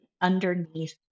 underneath